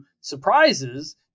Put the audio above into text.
surprises